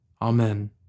Amen